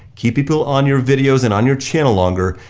keep people on your videos and on your channel longer,